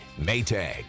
maytag